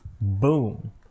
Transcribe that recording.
Boom